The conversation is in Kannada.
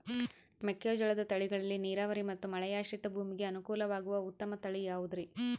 ಮೆಕ್ಕೆಜೋಳದ ತಳಿಗಳಲ್ಲಿ ನೇರಾವರಿ ಮತ್ತು ಮಳೆಯಾಶ್ರಿತ ಭೂಮಿಗೆ ಅನುಕೂಲವಾಗುವ ಉತ್ತಮ ತಳಿ ಯಾವುದುರಿ?